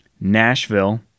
Nashville